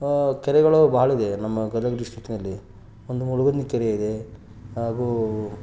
ಕೆರೆಗಳು ಭಾಳ ಇದೆ ನಮ್ಮ ಗದಗ ಡಿಸ್ಟಿಕ್ಕಿನಲ್ಲಿ ಒಂದು ಮುಳುಗುದ್ನಿ ಕೆರೆ ಇದೆ ಹಾಗೂ